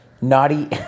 Naughty